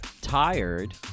tired